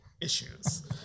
issues